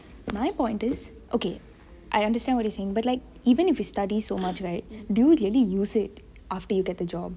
my point this okay I understand what you're saying but like even if you study so much right do you really use it after you get the job